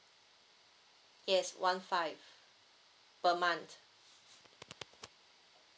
yes one five per month